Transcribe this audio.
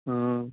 हाँ